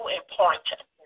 important